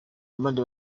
abandi